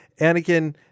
Anakin